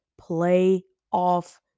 playoff